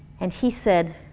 and he said